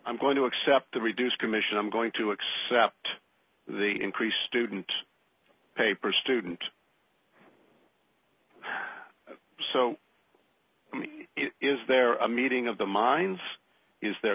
i'm going to accept the reduced commission i'm going to accept the increased student paper student so i mean is there a meeting of the mind is there